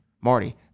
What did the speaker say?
Marty